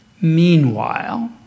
meanwhile